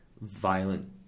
violent